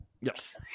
Yes